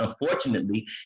unfortunately